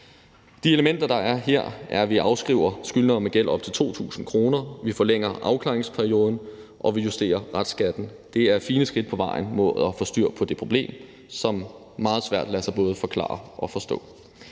De elementer, der er her, er, at vi afskriver skyldnere med gæld op til 2.000 kr., vi forlænger afklaringsperioden, og vi justerer restskatten. Det er fine skridt på vejen mod at få styr på det problem, som meget svært lader sig både forklare og forstå.